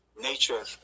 nature